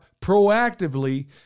proactively